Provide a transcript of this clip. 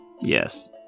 Yes